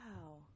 Wow